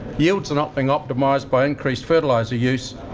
yields are not being optimised by increased fertiliser use.